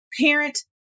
Parent